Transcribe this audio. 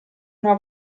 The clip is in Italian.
una